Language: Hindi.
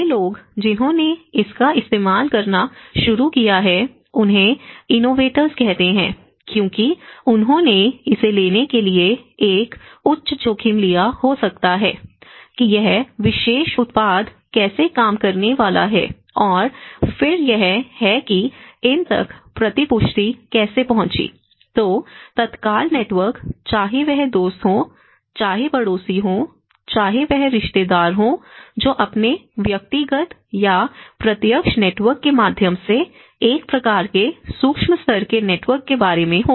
पहले लोग जिन्होंने इसका इस्तेमाल करना शुरू किया है उन्हें इनोवेटर्स कहते हैं क्योंकि उन्होंने इसे लेने के लिए एक उच्च जोखिम लिया हो सकता है कि यह विशेष उत्पाद कैसे काम करने वाला है और फिर यह है कि इन तक प्रतिपुष्टि कैसे पहुंची तो तत्काल नेटवर्क चाहे वह दोस्त हो चाहे पड़ोसी हो चाहे वह रिश्तेदार हो जो अपने व्यक्तिगत या प्रत्यक्ष नेटवर्क के माध्यम से एक प्रकार के सूक्ष्म स्तर के नेटवर्क के बारे में हो